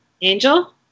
Angel